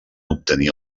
obtenir